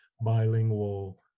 bilingual